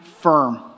firm